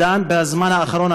בזמן האחרון,